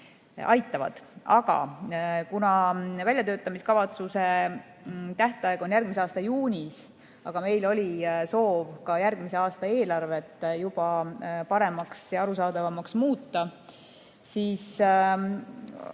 aitavad. Kuna väljatöötamiskavatsuse tähtaeg on järgmise aasta juunis, aga meil oli soov juba järgmise aasta eelarvet paremaks ja arusaadavamaks muuta, siis